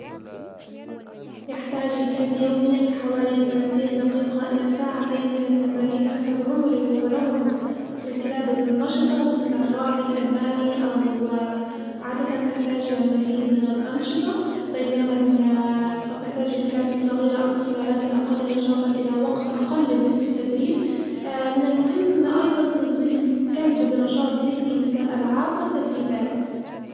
يحتاج الكلب يوميًا لحوالي ثلاثين دقيقة إلى ساعتين من التمارين حسب عمره ونوعه، الكلاب النشطة مثل الراعي الألماني أو عادة تحتاج إلى المزيد من الأنشطة، بينما ال قد تحتاج الكلاب الصغيرة أو السلالات الأقل نشاطًا إلى وقت أقل في التدريب من المهم أيضًا تزويد الكلب بنشاط ذهني مثل الألعاب والتدريبات.